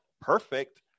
perfect